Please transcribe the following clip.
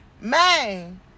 Man